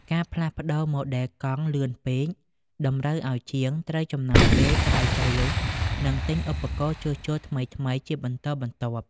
ការផ្លាស់ប្តូរម៉ូដែលកង់លឿនពេក តម្រូវឱ្យជាងត្រូវចំណាយពេលស្រាវជ្រាវ និងទិញឧបករណ៍ជួសជុលថ្មីៗជាបន្តបន្ទាប់។